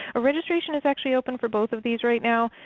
registration is actually open for both of these right now,